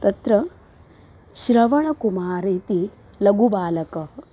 तत्र श्रवणकुमारः इति लघुबालकः